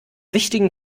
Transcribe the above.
wichtigen